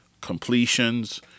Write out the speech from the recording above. completions